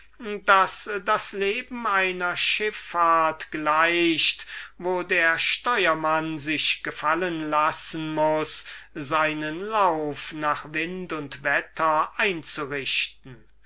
daß das leben zumal eines echten staats mannes einer schiffahrt gleicht wo der pilot sich gefallen lassen muß seinen lauf nach wind und wetter einzurichten